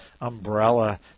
umbrella